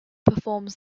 performs